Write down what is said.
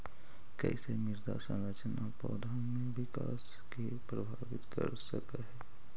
कईसे मृदा संरचना पौधा में विकास के प्रभावित कर सक हई?